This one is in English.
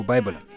Bible